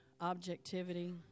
objectivity